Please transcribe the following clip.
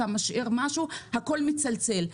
אתה משאיר משהו הכול מצלצל.